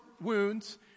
wounds